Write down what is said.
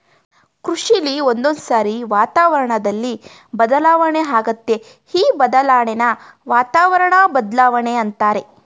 ಕೃಷಿಲಿ ಒಂದೊಂದ್ಸಾರಿ ವಾತಾವರಣ್ದಲ್ಲಿ ಬದಲಾವಣೆ ಆಗತ್ತೆ ಈ ಬದಲಾಣೆನ ವಾತಾವರಣ ಬದ್ಲಾವಣೆ ಅಂತಾರೆ